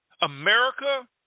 America